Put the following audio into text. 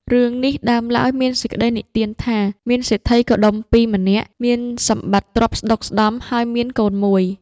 រឿងនេះ ដើមឡើយមានសេចក្ដីនិទានថា មានសេដ្ឋីកុដុម្ពីក៏ម្នាក់ មានសម្បត្ដិទ្រព្យស្ដុកស្ដម្ភ ហើយមានកូនមួយ